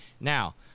Now